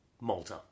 Malta